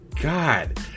God